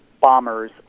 bombers